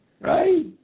Right